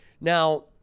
Now